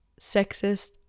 sexist